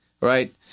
right